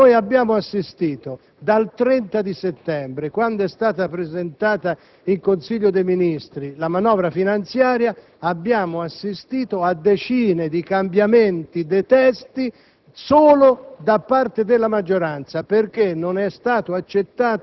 sul testo del maxiemendamento da presentare in quest'Aula. Noi abbiamo assistito dal 30 settembre, quando è stata presentata in Consiglio dei ministri la manovra finanziaria, a decine di cambiamenti dei testi,